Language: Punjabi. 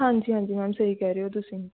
ਹਾਂਜੀ ਹਾਂਜੀ ਮੈਮ ਸਹੀ ਕਹਿ ਰਹੇ ਹੋ ਤੁਸੀਂ